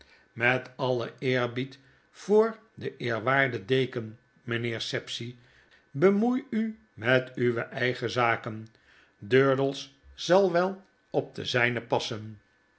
met alien eerbied voor den eerwaarden deken meneer sapsea bemoei u met uwe eigen zaken durdels zal wel op de zyne passen